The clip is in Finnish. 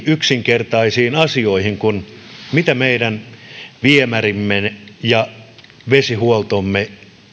yksinkertaisiin asioihin kuin se mitä meidän viemärimme ja vesihuoltomme